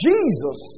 Jesus